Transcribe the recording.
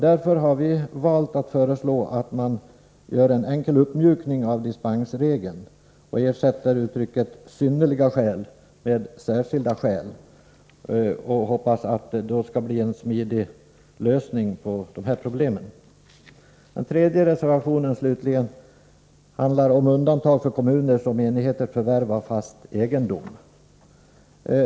Därför har vi valt att föreslå att man gör en enkel uppmjukning av dispensregeln och ersätter uttrycket ”synnerliga skäl” med ”särskilda skäl”. Vi hoppas att detta skall ge en smidig lösning på dessa problem. Den tredje reservationen, slutligen, handlar om undantag för kommuners och menigheters förvärv av fast egendom.